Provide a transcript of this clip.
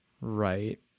Right